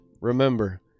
Remember